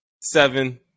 seven